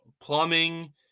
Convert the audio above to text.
plumbing